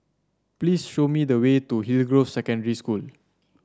please show me the way to Hillgrove Secondary School